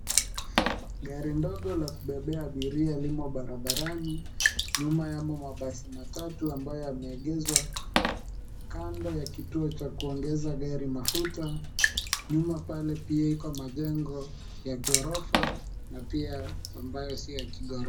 Gari ndogo la kubebea abiria limo barabarani, nyuma yamo mabasi matatu ambayo yameegeshwa kando ya kituo cha kuongeza gari mafuta, nyuma pale pia iko majengo ya ghorofa na pia ambayo si ya kighorofa.